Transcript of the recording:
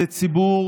זה ציבור